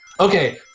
Okay